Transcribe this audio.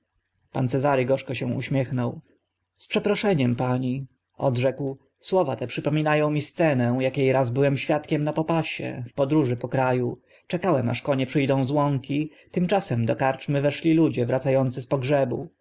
pan cezary gorzko się uśmiechnął z przeproszeniem pani odrzekł słowa te przypomina ą mi scenę akie raz byłem świadkiem na popasie w podróży po kra u czekałem aż konie przy dą z łąki tymczasem do karczmy weszli ludzie wraca ący z pogrzebu